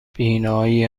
بینایی